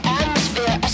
atmosphere